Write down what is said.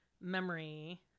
memory